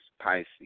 Pisces